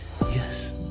yes